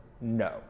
no